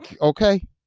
okay